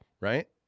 right